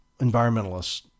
environmentalists